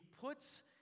puts